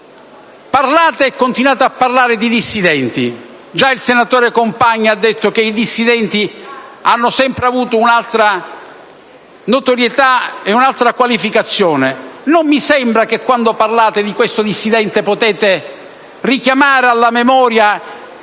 Parlate e continuate a parlare di dissidenti. Già il senatore Compagna ha detto che i dissidenti hanno sempre avuto un'altra notorietà e un'altra qualificazione. Non mi sembra che quando parlate di questo dissidente potete richiamare alla memoria